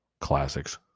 classics